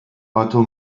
otto